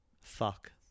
Fuck